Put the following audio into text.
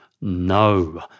no